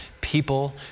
people